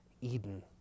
Eden